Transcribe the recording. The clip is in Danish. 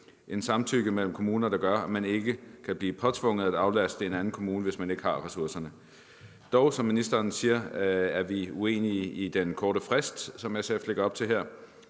et samtykke mellem kommuner, der gør, at man ikke kan blive påtvunget at aflaste en anden kommune, hvis man ikke har ressourcerne. Dog, som ministeren siger, er vi uenige i den korte frist, som SF lægger op til her.